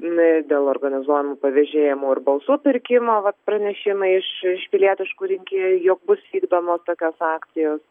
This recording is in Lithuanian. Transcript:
dėl organizuojamų pavėžėjimų ir balsų pirkimo vat pranešimai iš pilietiškų rinkėjų jog bus vykdomos tokios akcijos